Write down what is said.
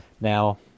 Now